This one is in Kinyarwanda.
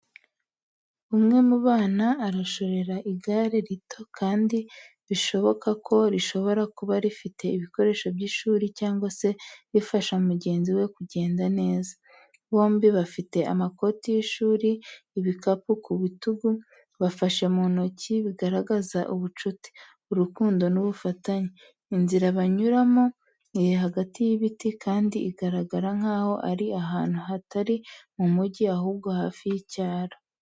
Umwe mu bana arashorera igare rito kandi bishoboka ko rishobora kuba rifite ibikoresho by’ishuri cyangwa se rifasha mugenzi we kugenda neza. Bombi bafite amakoti y’ishuri ibikapu ku bitugu. Bafashe mu ntoki, bigaragaza ubucuti, urukundo n’ubufatanye. Inzira banyuramo iri hagati y’ibiti, kandi igaragara nk’aho iri ahantu hatari mu mujyi, ahubwo hafi y’icyaro.